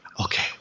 Okay